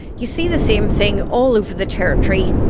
you see the same thing all over the territory.